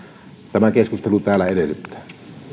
keskustelu täällä edellyttäisi